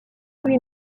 lui